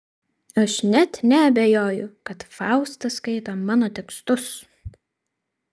aš net neabejoju kad fausta skaito mano tekstus